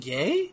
Gay